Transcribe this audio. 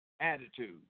attitude